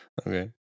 Okay